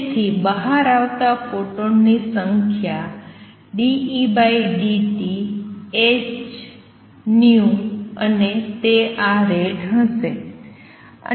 તેથી બહાર આવતા ફોટોનની સંખ્યા અને તે આ રેટ હશે